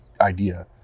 idea